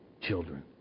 children